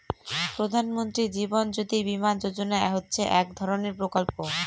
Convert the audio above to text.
প্রধান মন্ত্রী জীবন জ্যোতি বীমা যোজনা হচ্ছে এক ধরনের প্রকল্প